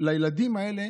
לילדים האלה